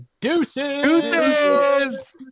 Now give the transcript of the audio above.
Deuces